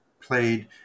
played